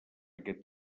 aquest